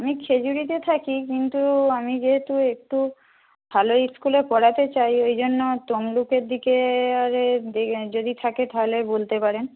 আমি খেজুরিতে থাকি কিন্তু আমি যেহেতু একটু ভালো ইস্কুলে পড়াতে চাই ওই জন্য তমলুকের দিকে এ আর এদিকে যদি থাকে তাহলে বলতে পারেন